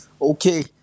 Okay